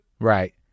Right